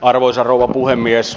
arvoisa rouva puhemies